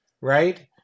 right